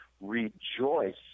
rejoice